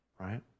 right